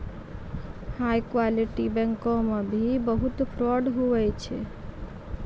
आइ काल्हि बैंको मे भी बहुत फरौड हुवै छै